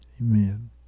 Amen